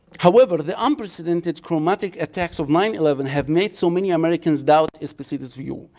however the unprecedented traumatic attacks of nine eleven have made so many americans doubt esposito's views.